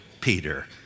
Peter